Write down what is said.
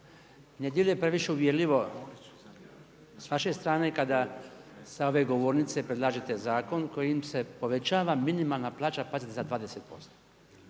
djeluje previše uvjerljivo s vaše strane kada s ove govornice predlažete zakon kojim se povećava minimalna plaća, pazite za 20%,